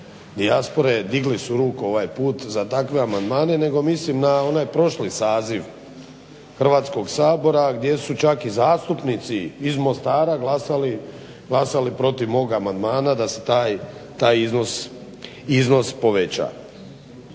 dijaspore digli su ruku ovaj put za takve amandmane, nego mislim na onaj prošli saziv Hrvatskog sabora gdje su čak i zastupnici iz Mostara glasali protiv mog amandmana da se taj iznos poveća.